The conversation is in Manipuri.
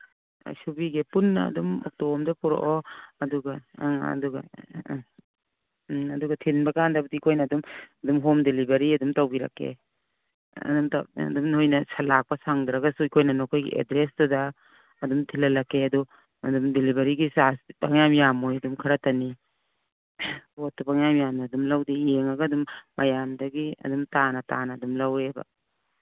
ꯑꯩ ꯁꯨꯕꯤꯒꯦ ꯄꯨꯟꯅ ꯑꯗꯨꯝ ꯑꯣꯛꯇꯣ ꯑꯝꯗ ꯄꯨꯔꯛꯑꯣ ꯑꯗꯨꯒ ꯑꯪ ꯑꯗꯨꯒ ꯎꯝ ꯑꯗꯨꯒ ꯊꯤꯟꯕꯀꯥꯟꯗꯕꯨꯗꯤ ꯑꯩꯈꯣꯏꯅ ꯑꯗꯨꯝ ꯑꯗꯨꯝ ꯍꯣꯝ ꯗꯤꯂꯤꯚꯔꯤ ꯑꯗꯨꯝ ꯇꯧꯕꯤꯔꯛꯀꯦ ꯑꯗꯨꯝ ꯑꯗꯨꯝ ꯅꯣꯏꯅ ꯂꯥꯛꯞ ꯁꯪꯗ꯭ꯔꯒꯁꯨ ꯑꯩꯈꯣꯏꯅ ꯅꯈꯣꯏꯒꯤ ꯑꯦꯗ꯭ꯔꯦꯁꯇꯨꯗ ꯑꯗꯨꯝ ꯊꯤꯜꯍꯜꯂꯛꯀꯦ ꯑꯗꯨ ꯑꯗꯨꯝ ꯗꯤꯂꯤꯚꯔꯤꯒꯤ ꯆꯥꯔꯖꯇꯤ ꯄꯪꯌꯥꯝ ꯌꯥꯝꯃꯣꯏ ꯑꯗꯨꯝ ꯈꯔꯇꯅꯤ ꯄꯣꯠꯇꯨ ꯄꯪꯌꯥꯝ ꯌꯥꯝꯅ ꯂꯧꯗꯦ ꯌꯦꯡꯉꯒ ꯑꯗꯨꯝ ꯃꯌꯥꯝꯗꯒꯤ ꯑꯗꯨꯝ ꯇꯥꯅ ꯇꯥꯅ ꯑꯗꯨꯝ ꯂꯧꯋꯦꯕ